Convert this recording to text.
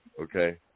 okay